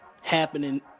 happening